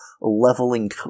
leveling